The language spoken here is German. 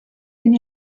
bin